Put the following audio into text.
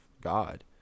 God